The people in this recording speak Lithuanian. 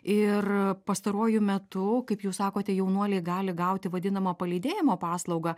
ir pastaruoju metu kaip jūs sakote jaunuoliai gali gauti vadinamą palydėjimo paslaugą